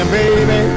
baby